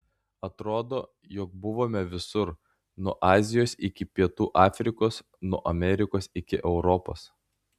atrodo jog buvome visur nuo azijos iki pietų afrikos nuo amerikos iki europos